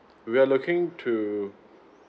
we are looking to